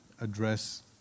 address